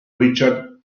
richard